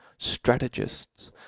Strategists